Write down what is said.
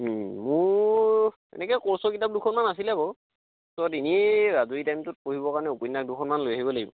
মোৰ তেনেকৈ ক'ৰ্চৰ কিতাপ দুখনমান আছিলে বাৰু পিছত এনেই আজৰি টাইমটোত পঢ়িবৰ কাৰণে উপন্যাস দুখনমান লৈ আহিব লাগিব